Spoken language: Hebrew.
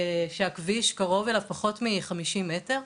שהכביש קרוב אליו פחות מ-50 מטר,